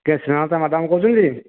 କିଏ ସ୍ନେହଲତା ମାଡାମ୍ କହୁଛନ୍ତି